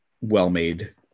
well-made